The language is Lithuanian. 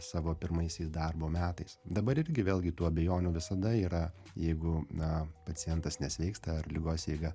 savo pirmaisiais darbo metais dabar irgi vėlgi tų abejonių visada yra jeigu na pacientas nesveiksta ar ligos eiga